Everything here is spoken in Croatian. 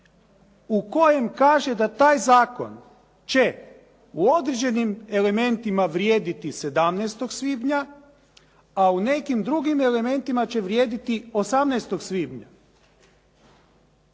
u kojem kaže da taj zakon će u određenim elementima vrijediti 17. svibnja, a u nekim drugim elementima će vrijediti 18. svibnja.